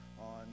on